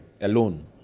alone